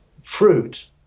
fruit